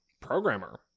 programmer